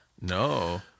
No